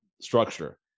structure